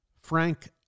Frank